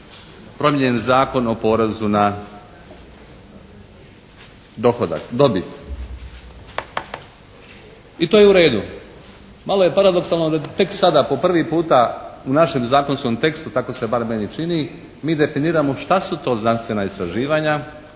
promijenjen Zakon o porezu na dohodak, dobit. I to je u redu. Malo je paradoksalno da tek sada po prvi puta u našem zakonskom tekstu, tako se barem meni čini mi definiramo šta su to znanstvena istraživanja,